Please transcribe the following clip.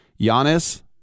Giannis